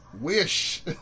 wish